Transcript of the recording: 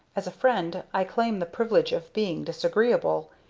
as a friend i claim the privilege of being disagreeable.